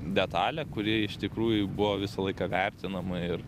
detalė kuri iš tikrųjų buvo visą laiką vertinama ir